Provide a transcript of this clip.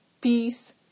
peace